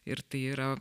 ir tai yra